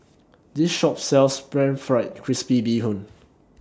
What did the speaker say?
This Shop sells Pan Fried Crispy Bee Hoon